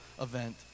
event